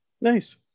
Nice